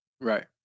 Right